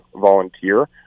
volunteer